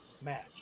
match